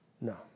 No